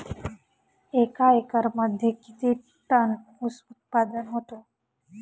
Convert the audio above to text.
एका एकरमध्ये किती टन ऊस उत्पादन होतो?